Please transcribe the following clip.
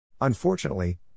Unfortunately